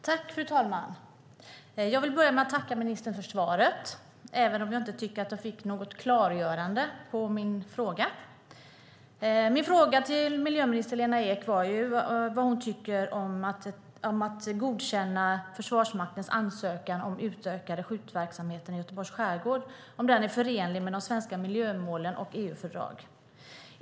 Fru talman! Jag vill börja med att tacka ministern för svaret, även om jag inte tycker att jag fick något klargörande svar på min fråga. Min fråga till miljöminister Lena Ek var om hon tycker att ett godkännande av Försvarsmaktens ansökan om utökad skjutverksamhet i Göteborgs skärgård är förenligt med de svenska miljömålen och EU-fördrag.